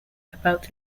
about